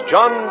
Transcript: John